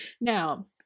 Now